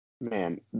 Man